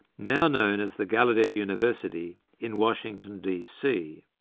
now known as the gallaudet university in washington dc.